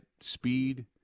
speed